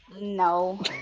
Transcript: No